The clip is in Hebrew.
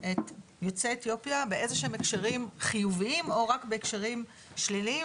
את יוצאי אתיופיה באיזה שהם הקשרים חיוביים או רק בהקשרים שליליים,